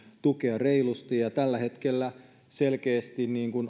tukea reilusti ja tällä hetkellä selkeästi